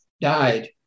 died